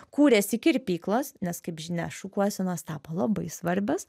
kūrėsi kirpyklos nes kaip žinia šukuosenos tapo labai svarbios